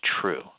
true